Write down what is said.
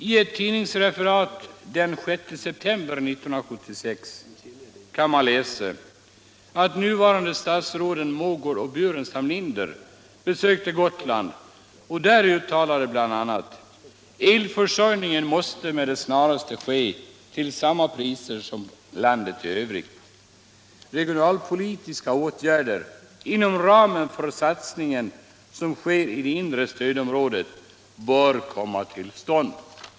I ett tidningsreferat den 6 september 1976 kan man läsa att de nuvarande statsråden Mogård och Burenstam Linder besökt Gotland och där bl.a. uttalat att elförsörjningen med det snaraste måste ske till samma priser som dem som gäller för landet i övrigt. Regionalpolitiska åtgärder bör vidtas inom ramen för satsningarna i det inre stödområdet, hette det vidare.